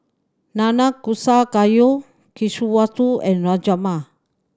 Nanakusa Gayu Kushikatsu and Rajma